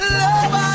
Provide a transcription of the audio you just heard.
love